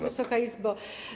Wysoka Izbo!